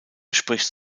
spricht